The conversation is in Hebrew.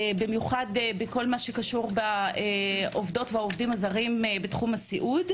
במיוחד בכל מה שקשור בעובדות ובעובדים הזרים בתחום הסיעוד,